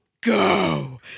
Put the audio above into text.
go